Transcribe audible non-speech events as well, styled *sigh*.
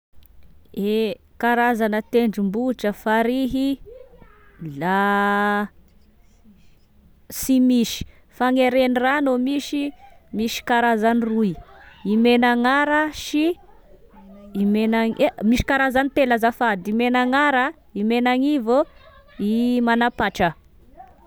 E karazana tendrombohitra farihy, la, *hesitation* sy misy fa gne renirano e misy, misy karazany roy i Menagnara sy i mena *hesitation* e, misy karazany telo azafady: i Menagnara, i Menagnivô, i Manampatra.